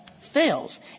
fails